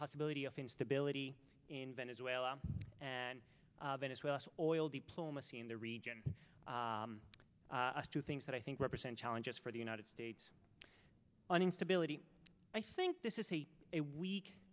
possibility of instability in venezuela and venezuela oil diplomacy in the region two things that i think represent challenges for the united states and instability i think this is a a week